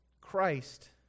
Christ